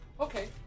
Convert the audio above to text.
Okay